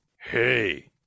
Hey